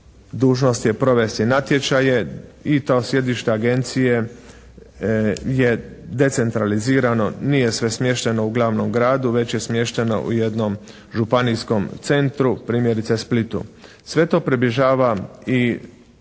dužnost je provesti natječaje i to sjedišta agencije je decentralizirano, nije sve smješteno u glavnom gradu već je smješteno u jednom županijskom centru, primjerice Splitu. Sve to približava i